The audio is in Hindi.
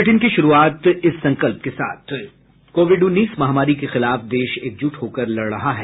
बुलेटिन की शुरूआत से पहले ये संकल्प कोविड उन्नीस महामारी के खिलाफ देश एकजुट होकर लड़ रहा है